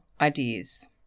ideas